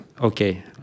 Okay